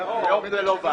היום זאת לא בעיה.